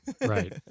Right